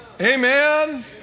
Amen